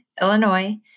Illinois